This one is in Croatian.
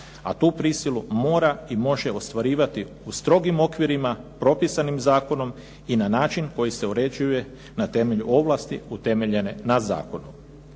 a tu prisilu mora i može ostvarivati u strogim okvirima propisanim zakonom i na način koji se uređuje na temelju ovlasti utemeljene na zakonu.